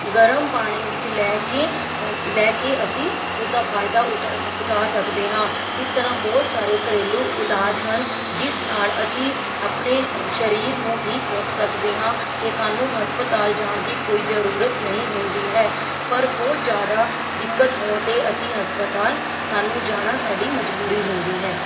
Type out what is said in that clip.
ਗਰਮ ਪਾਣੀ ਵਿੱਚ ਲੈ ਕੇ ਲੈ ਕੇ ਅਸੀਂ ਉਸਦਾ ਫਾਇਦਾ ਉਠਾ ਉਠਾ ਸਕਦੇ ਹਾਂ ਇਸ ਤਰ੍ਹਾਂ ਬਹੁਤ ਸਾਰੇ ਘਰੇਲੂ ਇਲਾਜ ਹਨ ਜਿਸ ਨਾਲ ਅਸੀਂ ਆਪਣੇ ਸਰੀਰ ਨੂੰ ਠੀਕ ਰੱਖ ਸਕਦੇ ਹਾਂ ਅਤੇ ਤੁਹਾਨੂੰ ਹਸਪਤਾਲ ਜਾਣ ਦੀ ਕੋਈ ਜ਼ਰੂਰਤ ਨਹੀਂ ਹੁੰਦੀ ਹੈ ਪਰ ਬਹੁਤ ਜ਼ਿਆਦਾ ਦਿੱਕਤ ਹੋਣ 'ਤੇ ਅਸੀਂ ਹਸਪਤਾਲ ਸਾਨੂੰ ਜਾਣਾ ਸਾਡੀ ਮਜਬੂਰੀ ਹੁੰਦੀ ਹੈ